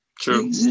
True